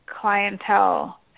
clientele